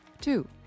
Two